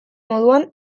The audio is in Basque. moduan